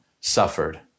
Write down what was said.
suffered